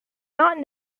not